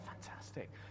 Fantastic